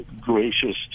gracious